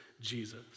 Jesus